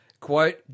Quote